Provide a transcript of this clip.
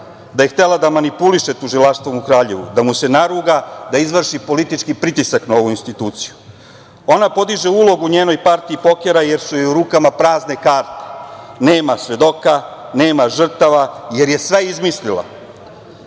da je htela da manipuliše Tužilaštvom u Kraljevu, da mu se naruga, da izvrši politički pritisak na ovu instituciju. Ona podiže ulogu njenoj partiji pokera, jer su joj u rukama prazne karte. Nema svedoka, nema žrtava, jer je sve izmislila.